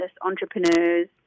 entrepreneurs